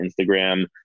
Instagram